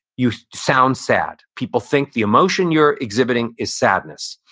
you sound sad. people think the emotion you're exhibiting is sadness.